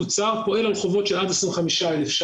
רק דבר אחד קטן,